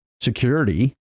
security